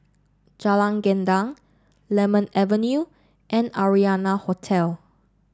Jalan Gendang Lemon Avenue and Arianna Hotel